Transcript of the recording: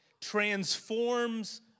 transforms